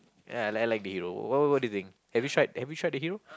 ya I like like the hero what what do you think have you tried have you tried the hero